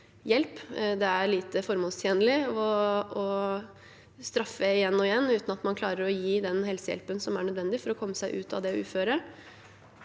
Det er lite formålstjenlig å straffe igjen og igjen uten at man klarer å gi den helsehjelpen som er nødvendig for å komme seg ut av det uføret.